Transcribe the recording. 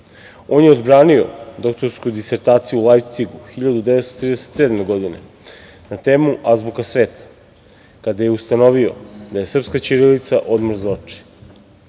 On je odbranio doktorsku disertaciju u Lajpcigu 1937. godine na temu „Azbuka sveta“. Kada je ustanovio da je srpska ćirilica odmor